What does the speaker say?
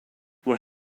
where